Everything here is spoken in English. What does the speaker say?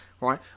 right